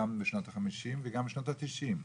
גם בשנות החמישים וגם בשנות התשעים.